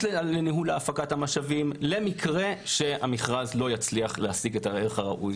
להפקת המשאבים למקרה שהמכרז לא ישיג את הערך הראוי.